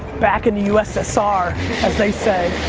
back in the ussr as they say.